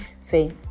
See